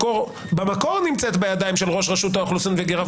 שבמקור נמצאת בידיים של ראש רשות האוכלוסין וההגירה,